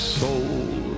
soul